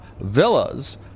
Villas